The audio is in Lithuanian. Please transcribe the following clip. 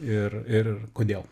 ir ir kodėl